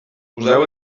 poseu